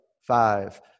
five